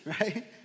right